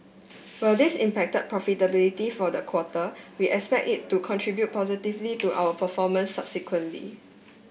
while this impacted profitability for the quarter we expect it to contribute positively to our performance subsequently